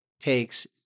takes